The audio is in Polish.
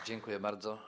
Dziękuję bardzo.